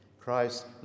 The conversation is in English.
Christ